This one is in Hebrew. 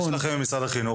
מה יש לכם במשרד החינוך?